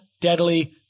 deadly